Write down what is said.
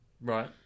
Right